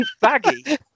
Baggy